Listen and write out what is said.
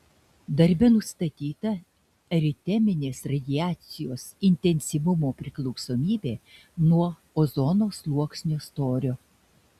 darbe nustatyta eriteminės radiacijos intensyvumo priklausomybė nuo ozono sluoksnio storio